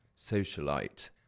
socialite